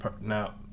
now